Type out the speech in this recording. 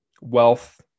Wealth